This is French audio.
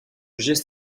geste